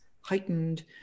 heightened